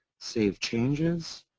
save changes.